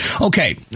Okay